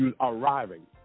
arriving